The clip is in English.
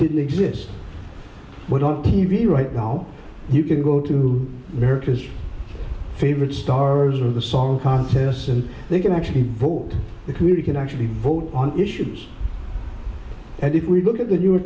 that exist what's on t v right now you can go to america's favorite stars or the song contest and they can actually vote the community can actually vote on issues and if we look at the newer